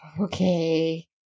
Okay